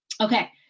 Okay